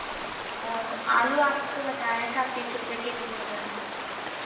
और आलू आपको बताया था तीस रुपये किलो चल रहे हैं